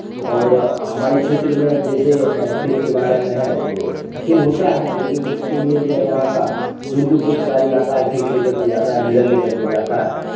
और हमारे क्षेत्र में जैसे खेल के बारे में है तो खेल होता है लेकिन उसके लिए जो है यहाँ का दूर दूर से खिलाड़ी आता है खेल खेल करके जाता है मैडल ले करके जाता है